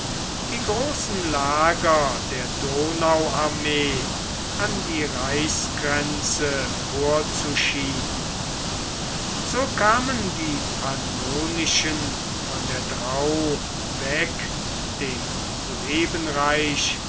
die großen lager der donauarmee an die reichsgrenze vorzuschieben so kamen die pannonischen von der drau weg dem suebenreich